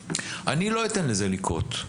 אני לא אתן לזה לקרות.